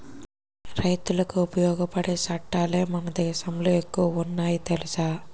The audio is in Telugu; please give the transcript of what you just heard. రైతులకి ఉపయోగపడే సట్టాలే మన దేశంలో ఎక్కువ ఉన్నాయి తెలుసా